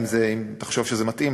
אם תחשוב שזה מתאים,